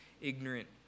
ignorant